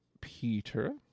Peter